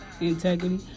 Integrity